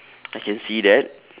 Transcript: I can see that